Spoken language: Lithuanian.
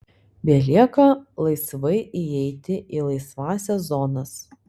belieka laisvai įeiti į laisvąsias zonas